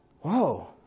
whoa